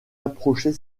approchez